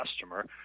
customer